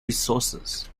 resources